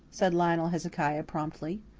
said lionel hezekiah promptly.